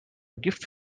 gift